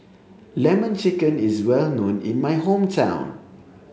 lemon chicken is well known in my hometown